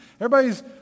Everybody's